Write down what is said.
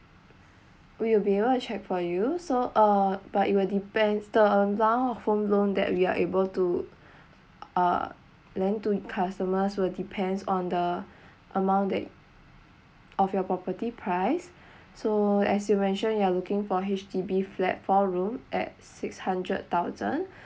we'll be able check for you so uh but it will depends the amount of home loan that we are able to uh lend to customers will depends on the amount that of your property price so as you mention you're looking for H_D_B flat four room at six hundred thousand